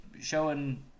showing